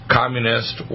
communist